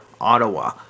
Ottawa